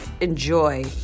Enjoy